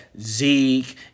Zeke